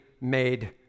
made